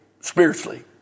spiritually